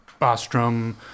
Bostrom